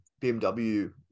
BMW